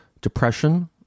depression